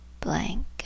blank